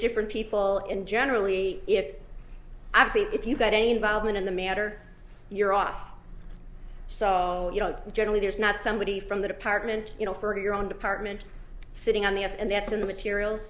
different people in generally if actually if you've got any involvement in the matter you're off so you don't generally there's not somebody from the department you know for your own department sitting on the us and that's in the materials